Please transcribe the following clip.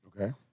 Okay